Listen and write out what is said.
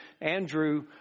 Andrew